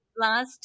last